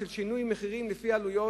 של שינוי מחירים לפי עלויות,